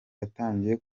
yatangiye